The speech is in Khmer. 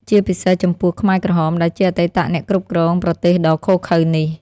ជាពិសេសចំពោះខ្មែរក្រហម ដែលជាអតីតអ្នកគ្រប់គ្រងប្រទេសដ៏ឃោរឃៅនេះ ។